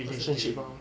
what's the theory